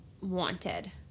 wanted